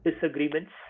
disagreements